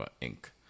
ink